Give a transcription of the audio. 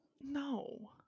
No